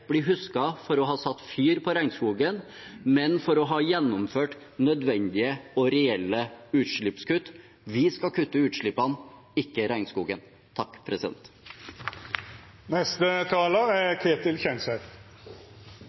bli husket for å ha satt fyr på regnskogen, men for å ha gjennomført nødvendige og reelle utslippskutt. Vi skal kutte utslippene – ikke regnskogen. Jeg retter også en takk